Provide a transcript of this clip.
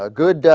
ah good